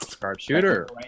Sharpshooter